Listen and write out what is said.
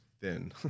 thin